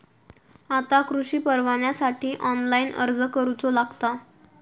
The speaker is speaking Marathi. आता कृषीपरवान्यासाठी ऑनलाइन अर्ज करूचो लागता